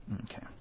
Okay